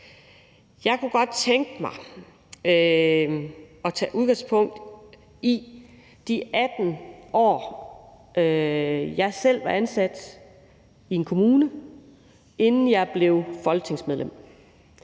Jeg kunne godt tænke mig at tage udgangspunkt i de 18 år, jeg selv var ansat i en kommune, inden jeg blev folketingsmedlem,